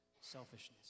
Selfishness